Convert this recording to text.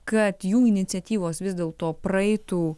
kad jų iniciatyvos vis dėl to praeitų